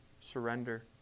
surrender